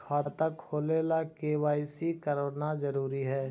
खाता खोले ला के दवाई सी करना जरूरी है?